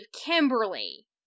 Kimberly